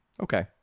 okay